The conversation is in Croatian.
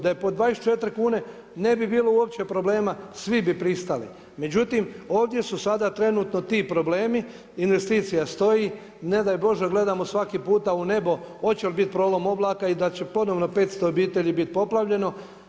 Da je po 24 kune, ne bi bilo uopće problema, svi bi pristali, međutim ovdje su sada trenutno ti problemi, investicija stoji, ne daj Bože da gledamo svaki puta u nebo, hoće li biti prolom oblaka i da će ponovno 500 obitelji biti poplavljeno.